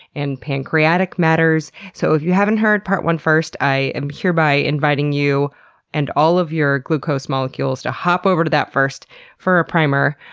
and pancreatic matters, so if you haven't heard part one first, i'm hereby inviting you and all of your glucose molecules to hop over to that first for a primer.